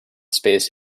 space